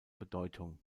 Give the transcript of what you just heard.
bedeutung